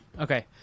Okay